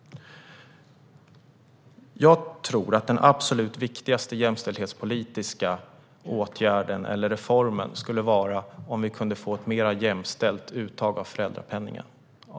Jag tror att den absolut viktigaste jämställdhetspolitiska åtgärden, eller reformen, skulle vara om vi kunde få ett mer jämställt uttag av föräldrapenningen.